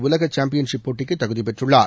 உலக சாம்பியன்சிப் போட்டிக்கு தகுதி பெற்றுள்ளார்